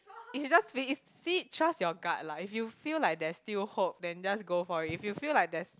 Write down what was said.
is just fee~ is see trust your gut lah if you feel like there's still hope then just go for it if you feel like there's